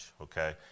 okay